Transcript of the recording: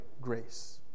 grace